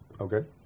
Okay